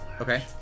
Okay